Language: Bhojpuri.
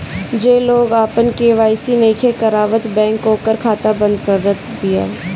जे लोग आपन के.वाई.सी नइखे करावत बैंक ओकर खाता बंद करत बिया